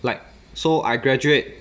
like so I graduate